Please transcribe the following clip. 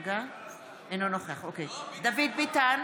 בעד ולדימיר